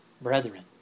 Brethren